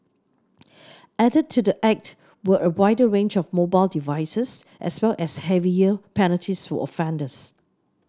added to the act were a wider range of mobile devices as well as heavier penalties for offenders